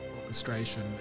orchestration